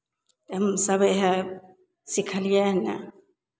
हमसब इएह सिखलियै हने